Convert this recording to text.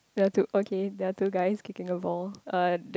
there are two okay there are two guys kicking a ball uh the